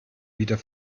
wieder